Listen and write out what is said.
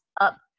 up